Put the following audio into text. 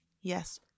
yes